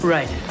Right